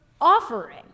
offering